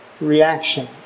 reaction